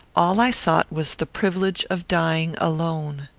all i sought was the privilege of dying alone.